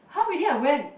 !huh! really ah when